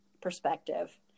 perspective